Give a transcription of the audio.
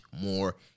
more